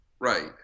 right